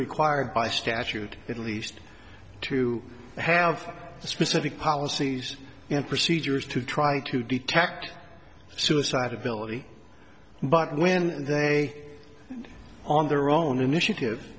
required by statute at least to have specific policies and procedures to try to detect suicide ability but when they on their own initiative